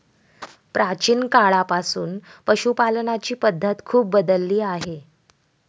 प्राचीन काळापासून पशुपालनाची पद्धत खूप बदलली आहे